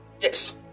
Yes